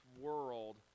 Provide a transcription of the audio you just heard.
world